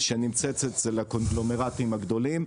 שנמצאת אצל הקונגלומרטים הגדולים,